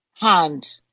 hand